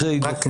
אחרי דוח מררי.